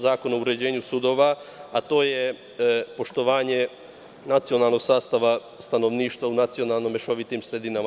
Zakona o uređenju sudova, a to je poštovanje nacionalnog sastava stanovništva u nacionalno mešovitim sredinama.